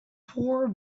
poor